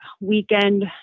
weekend